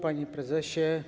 Panie Prezesie!